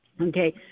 Okay